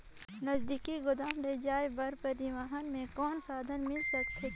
नजदीकी गोदाम ले जाय बर परिवहन के कौन साधन मिल सकथे?